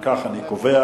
אם כך, אני קובע